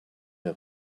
der